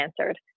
answered